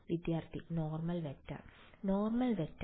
വിദ്യാർത്ഥി normal vector normal vector